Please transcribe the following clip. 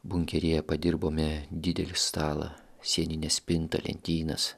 bunkeryje padirbome didelį stalą sieninę spintą lentynas